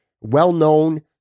well-known